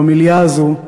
במליאה הזאת,